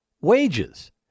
wages